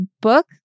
book